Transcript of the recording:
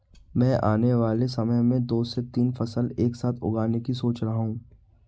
मैं आने वाले समय में दो से तीन फसल एक साथ उगाने की सोच रहा हूं